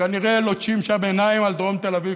שכנראה לוטשים שם עיניים על דרום תל אביב